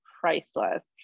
priceless